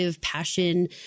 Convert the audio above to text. passion